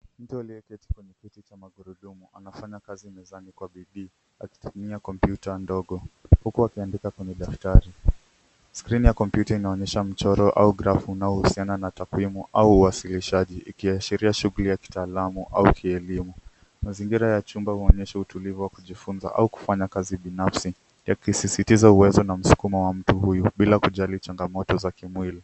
Mtu aliyeketi kwenye kiti cha magurudumu, anafanya kazi mezani kwa bidii, akitumia kompyuta ndogo, huku akiandika kwenye daftari. Skrini ya kompyuta inaonyesha mchoro au grafu, unaohusiana na takwimu au uwasilishaji, ikiashiria shughuli ya kitaalamu au kielimu. Mazingira ya chumba huonyesha utulivu wa kujifunza au kufanya kazi binafsi, yakisisitiza uwezo na msukumo wa mtu huyu bila kujali changamoto za kimwili.